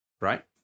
Right